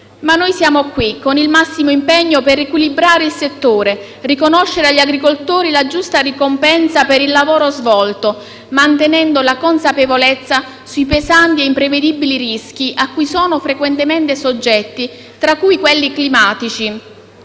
Ma noi siamo qui, con il massimo impegno, per riequilibrare il settore, riconoscere agli agricoltori la giusta ricompensa per il lavoro svolto, mantenendo la consapevolezza sui pesanti e imprevedibili rischi a cui sono frequentemente soggetti, tra cui quelli climatici.